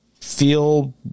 feel